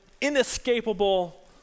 inescapable